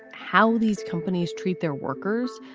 how these companies treat their workers,